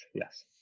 Yes